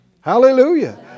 Hallelujah